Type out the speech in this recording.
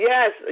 Yes